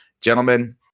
Gentlemen